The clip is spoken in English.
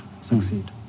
succeed